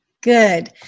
Good